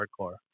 hardcore